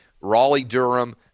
Raleigh-Durham